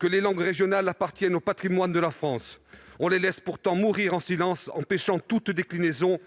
que les langues régionales appartiennent au patrimoine de la France, on laisse ces langues mourir en silence, empêchant toute déclinaison